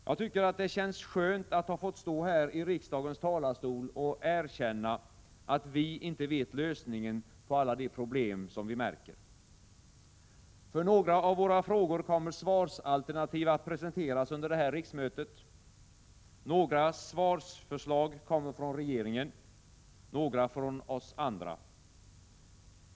Jag tycker att det känns skönt att ha fått stå här i riksdagens talarstol och erkänna att vi inte vet lösningen på alla de problem som vi konstaterar finns. För några av våra frågor kommer svarsalternativ att presenteras under det här riksmötet. Några förslag kommer från regeringen, några från oss andra.